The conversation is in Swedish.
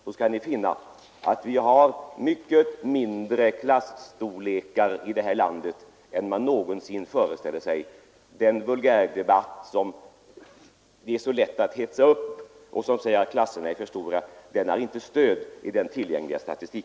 Då skall man finna att vi har mycket mindre klasser här i landet än man vanligen föreställer sig. I den lätt uppblossande vulgärdebatten sägs att klasserna är för stora, men det påståendet har inte stöd i tillgänglig statistik.